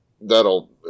That'll